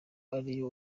ariyo